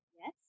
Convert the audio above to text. yes